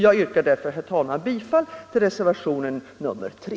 Jag yrkar, herr talman, bifall till reservationen 3.